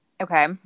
Okay